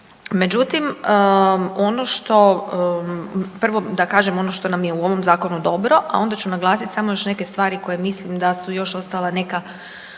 što, prvo da kažem ono što nam je u ovom zakonu dobro, a onda ću naglasit samo još neke stvari koje mislim da su još ostala neka